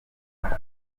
kandi